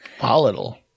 Volatile